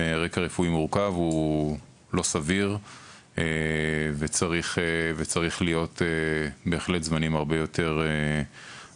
רקע רפואי מורכב הוא לא סביר וצריכים להיות בהחלט זמנים הרבה יותר קצרים,